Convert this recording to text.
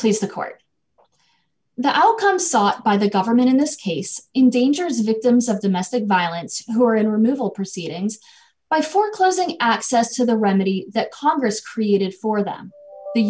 please the court that i will come sought by the government in this case in dangerous victims of domestic violence who are in removal proceedings by foreclosing access to the remedy that congress created for them the